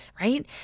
right